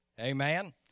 Amen